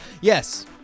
Yes